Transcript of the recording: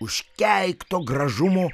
užkeiktu gražumu